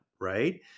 Right